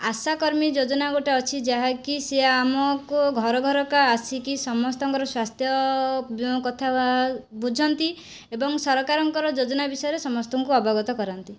ଆଶା କର୍ମୀ ଯୋଜନା ଗୋଟିଏ ଅଛି ଯାହାକି ସିଏ ଆମକୁ ଘର ଘରକା ଆସିକି ସମସ୍ତଙ୍କର ସ୍ଵାସ୍ଥ୍ୟ କଥା ବୁଝନ୍ତି ଏବଂ ସରକାରଙ୍କର ଯୋଜନା ବିଷୟରେ ସମସ୍ତଙ୍କୁ ଅବଗତ କରାନ୍ତି